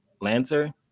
lancer